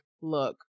look